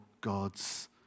God's